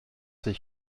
sich